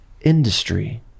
industry